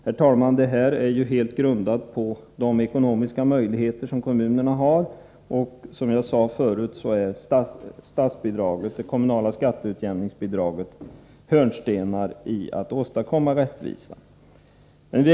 Den saken är emellertid, herr talman, helt grundad på de ekonomiska möjligheter kommunerna har. Som jag sade förut, är det kommunala skatteutjämningsbidraget en hörnsten i fråga om att åstadkomma rättvisa.